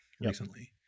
recently